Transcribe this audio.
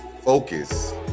focus